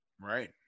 right